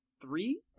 three